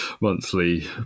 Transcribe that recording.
monthly